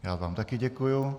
Já vám také děkuji.